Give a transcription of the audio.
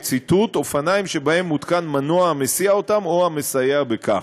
כ"אופניים שבהם מותקן מנוע המסיע אותם או המסייע בכך".